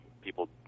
people